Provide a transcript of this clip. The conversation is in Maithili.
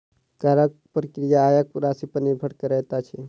करक प्रक्रिया आयक राशिपर निर्भर करैत अछि